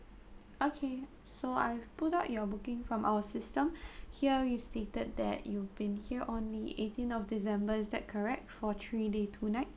okay so I pulled out your booking from our system here is stated that you've been here only eighteen of december is that correct for three day two nights